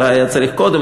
אולי היה צריך קודם,